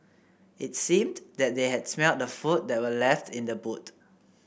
it seemed that they had smelt the food that were left in the boot